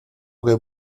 que